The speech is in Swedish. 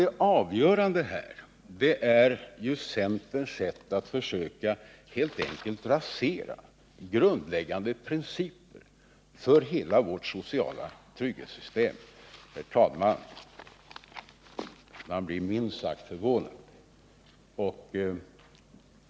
Det avgörande här är ju centerns sätt att helt enkelt försöka rasera grundläggande principer för hela vårt sociala trygghetssystem. Man blir minst sagt förvånad.